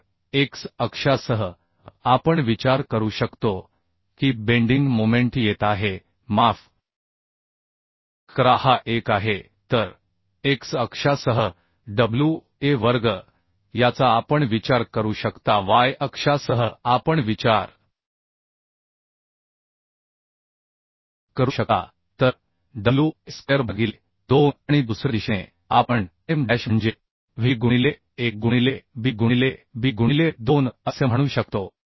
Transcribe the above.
तर x अक्षासह आपण विचार करू शकतो की बेंडिंग मोमेंट येत आहे माफ करा हा एक आहे तर x अक्षासह wa वर्ग याचा आपण विचार करू शकता y अक्षासह आपण विचार करू शकता तरwa स्क्वेअर बाय 2 आणि दुसऱ्या दिशेने आपण m डॅश म्हणजे w गुणिले 1 गुणिले b गुणिले b गुणिले 2 असे म्हणू शकतो